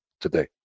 today